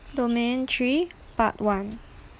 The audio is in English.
domain three part one